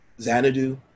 Xanadu